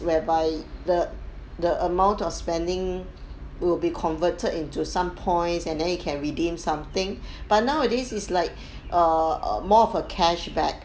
whereby the the amount of spending will be converted into some points and then you can redeem something but nowadays is like err more of a cashback